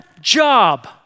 job